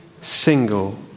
single